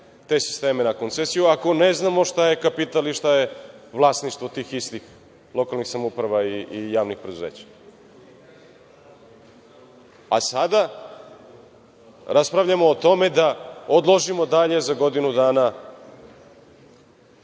te sisteme na koncesiju, ako ne znamo šta je kapital i šta je vlasništvo tih istih lokalnih samouprava i javnih preduzeća. Sada, raspravljamo o tome da odložimo dalje, za godinu dana